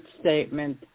statement